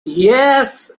yes